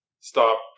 stop